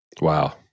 wow